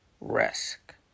risk